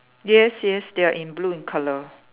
yes yes they are in blue in color